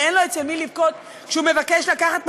ואין לו אצל מי לבכות כשהוא מבקש לקחת משכנתה,